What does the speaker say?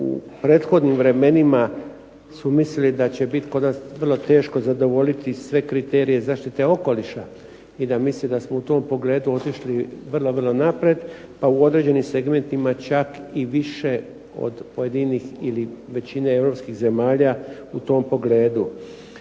u prethodnim vremenima su mislili da će biti kod nas vrlo teško zadovoljiti sve kriterije zaštite okoliša i da misle da smo u tom pogledu otišli vrlo vrlo naprijed, a u određenim segmentima čak i više od pojedinih ili većine europskih zemalja u tom pogledu.